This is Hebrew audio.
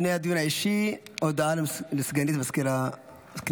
לפני הדיון האישי, הודעה לסגנית מזכיר הכנסת.